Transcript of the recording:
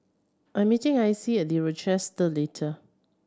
I'm meeting Icie The Rochester the later